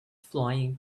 flying